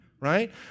right